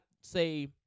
say